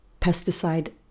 pesticide